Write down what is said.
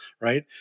right